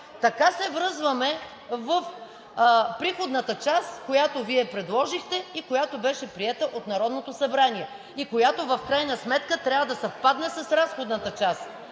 Така се връзваме в Приходната част, която Вие предложихте, която беше приета от Народното събрание и която в крайна сметка трябва да съвпадне с Разходната част.